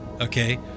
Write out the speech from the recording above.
okay